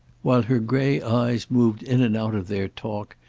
while her grey eyes moved in and out of their talk,